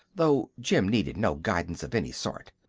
though jim needed no guidance of any sort.